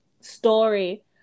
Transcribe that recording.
story